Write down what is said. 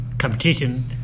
competition